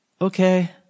Okay